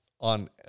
on